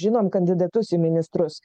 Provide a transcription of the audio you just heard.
žinom kandidatus į ministrus